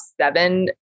seven